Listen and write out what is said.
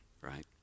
right